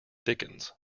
dickens